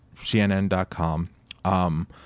CNN.com